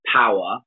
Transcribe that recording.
power